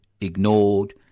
ignored